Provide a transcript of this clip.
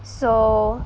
so